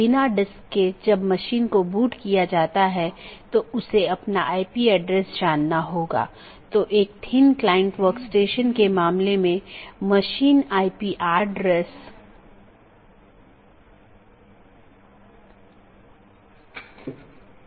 बाहरी gateway protocol जो एक पाथ वेक्टर प्रोटोकॉल का पालन करते हैं और ऑटॉनमस सिस्टमों के बीच में सूचनाओं के आदान प्रदान की अनुमति देता है